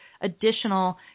additional